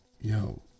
yo